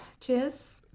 Cheers